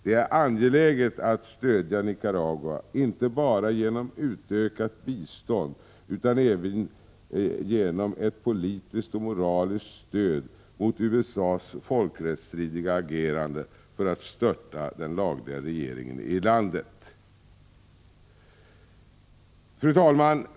Det är angeläget att stödja Nicaragua inte bara genom utökat bistånd utan även genom ett politiskt och moraliskt stöd mot USA:s folkrättsstridiga agerande för att störta den lagliga regeringen i landet. Fru talman!